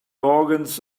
organs